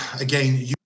again